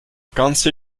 council